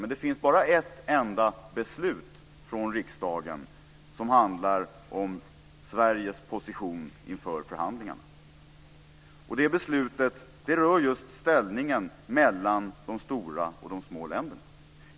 Men det finns bara ett enda beslut från riksdagen som handlar om Sveriges position inför förhandlingarna. Det beslutet rör just ställningen mellan de stora och de små länderna.